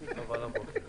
הכי טוב על הבוקר.